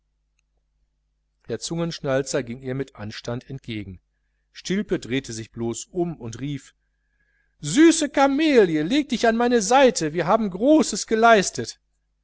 der zungenschnalzer ging ihr mit anstand entgegen stilpe drehte sich blos um und rief süße kamelie leg dich an meine seite wir haben großes geleistet